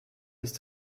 ist